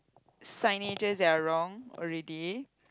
signages that are wrong already